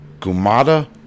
Gumata